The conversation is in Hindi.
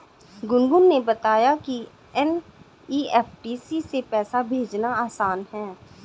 गुनगुन ने बताया कि एन.ई.एफ़.टी से पैसा भेजना आसान है